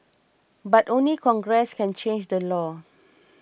but only Congress can change the law